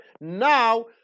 now